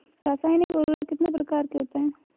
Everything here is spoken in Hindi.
रासायनिक उर्वरक कितने प्रकार के होते हैं?